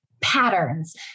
patterns